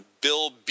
Bill